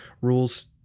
rules